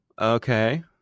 Okay